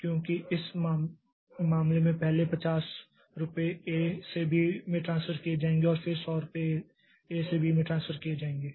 क्योंकि इस मामले में पहले 50 रुपये ए से बी में ट्रांसफर किए जाएंगे और फिर 100 रुपये ए से बी में ट्रांसफर किए जाएंगे